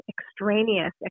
extraneous